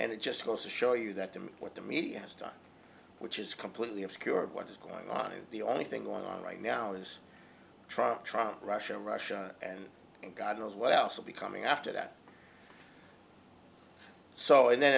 and it just goes to show you that to me what the media has done which is completely obscured what is going on is the only thing going on right now is try try russia russia and god knows what else will be coming after that so and